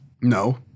No